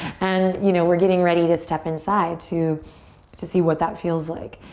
and you know, we're getting ready to step inside to to see what that feels like.